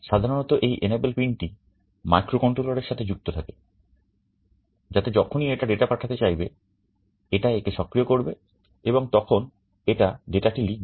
সাধারণত এই enable pin টি মাইক্রোকন্ট্রোলার এর সাথে যুক্ত থাকে যাতে যখনই এটা ডেটা পাঠাতে চাইবে এটা একে সক্রিয় করবে এবং তখন এটা ডেটা টি লিখবে